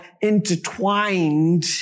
intertwined